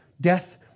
Death